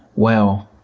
well,